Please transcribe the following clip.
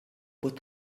but